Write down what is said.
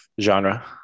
Genre